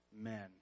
men